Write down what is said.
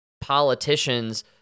politicians